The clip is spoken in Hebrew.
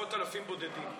עשרות אלפים בודדים.